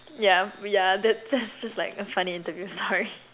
yeah we are the that's just like a funny interview story